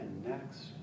Next